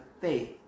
faith